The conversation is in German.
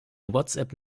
whatsapp